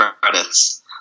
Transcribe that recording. credits